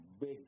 big